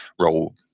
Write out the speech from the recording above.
role